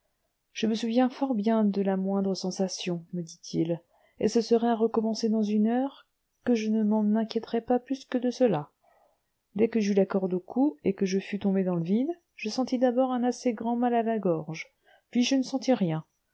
je me souviens fort bien de la moindre sensation me dit-il et ce serait à recommencer dans une heure que je ne m'en inquiéterais pas plus que de cela dès que j'eus la corde au cou et que je fus tombé dans le vide je sentis d'abord un assez grand mal à la gorge puis je ne sentis rien